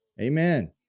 Amen